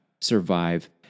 survive